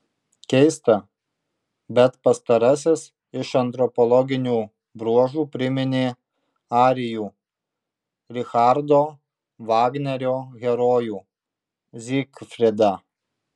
keista bet pastarasis iš antropologinių bruožų priminė arijų richardo vagnerio herojų zygfridą